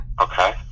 Okay